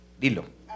dilo